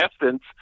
essence